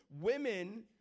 Women